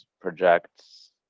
projects